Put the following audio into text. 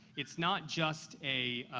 it's not just a